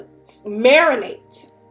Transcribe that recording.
marinate